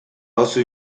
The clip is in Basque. oso